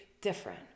different